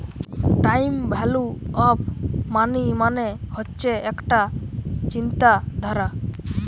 time value of money মানে হচ্ছে একটা চিন্তাধারা